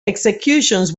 executions